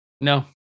No